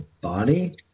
body